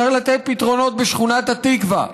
צריך לתת פתרונות בשכונת התקווה.